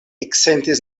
eksentis